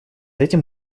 этим